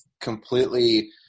completely